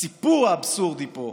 הסיפור האבסורדי פה,